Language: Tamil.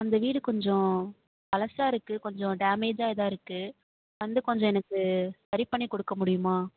அந்த வீடு கொஞ்சம் பழைசாருக்கு கொஞ்சம் டேமேஜாக இதாயிருக்கு வந்து கொஞ்சம் எனக்கு சரி பண்ணி கொடுக்க முடியுமா